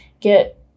get